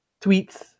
tweets